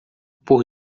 por